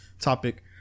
topic